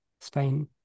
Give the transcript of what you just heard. Spain